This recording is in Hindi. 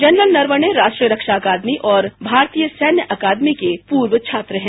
जनरल नरवणे राष्ट्रीय रक्षा अकादमी और भारतीय सैन्य अकादमी के पूर्व छात्र हैं